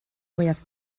mwyaf